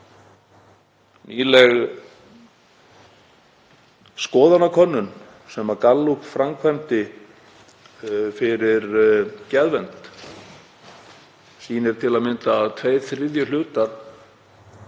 Nýleg skoðanakönnun sem Gallup framkvæmdi fyrir Geðvernd sýnir til að mynda að tveir þriðju hlutar